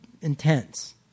intense